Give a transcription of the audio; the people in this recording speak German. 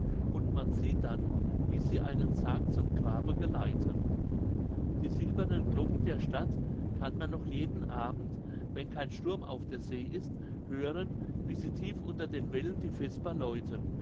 und man sieht dann wie sie einen sarg zum grabe geleiten die silbernen glocken der stadt kann man noch jeden abend wenn kein sturm auf der see ist hören wie sie tief unter den wellen die vesper läuten